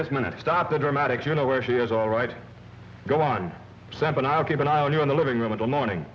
this minute stop the dramatics you know where she is all right go on and i'll keep an eye on you in the living room until morning